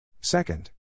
Second